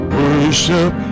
worship